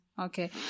okay